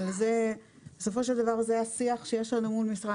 אבל בסופו של דבר זה השיח שיש לנו מול משרד